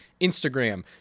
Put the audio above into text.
Instagram